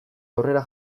aurrera